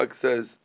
says